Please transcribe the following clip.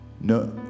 No